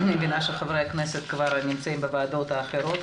אני מבינה שחברי הכנסת כבר נמצאים בוועדות אחרות,